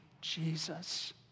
Jesus